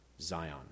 Zion